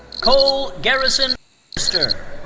cole garrison register.